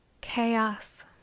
chaos